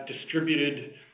distributed